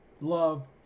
love